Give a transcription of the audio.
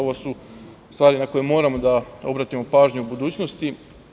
Ovo su stvari na koje moramo da obratimo pažnju u budućnosti.